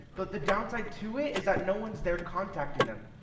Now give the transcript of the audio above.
but the downside to it is that no one's there contacting them.